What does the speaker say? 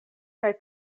kaj